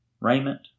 raiment